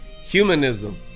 humanism